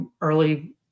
early